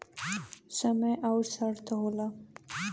समय अउर शर्त होला